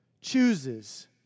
chooses